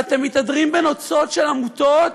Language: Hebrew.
אתם מתהדרים בנוצות של עמותות